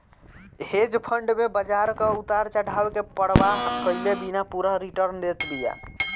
hedge fund में बाजार कअ उतार चढ़ाव के परवाह कईले बिना पूरा रिटर्न देत बिया